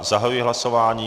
Zahajuji hlasování.